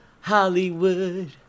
Hollywood